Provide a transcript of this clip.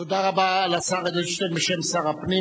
תודה רבה לשר אדלשטיין בשם שר הפנים,